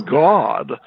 god